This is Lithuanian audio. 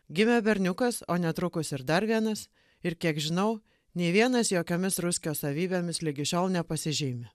gimė berniukas o netrukus ir dar vienas ir kiek žinau nei vienas jokiomis ruskio savybėmis ligi šiol nepasižymi